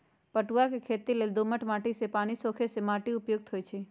पटूआ के खेती लेल दोमट माटि जे पानि सोखे से माटि उपयुक्त होइ छइ